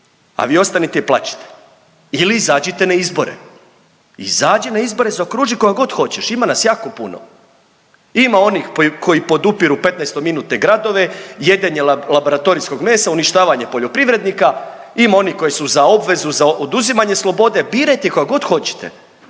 a vi ostanite i plačite ili izađite na izbore, izađi na izbore i zaokruži koga god hoćeš, ima nas jako puno. Ima onih koji, koji podupiru 15-minutne gradove, jedenje laboratorijskog mesa, uništavanje poljoprivrednika, ima onih koji su za obvezu za oduzimanje slobode, birajte koga god hoćete,